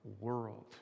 world